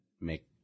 make